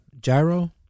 gyro